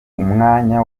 umwanya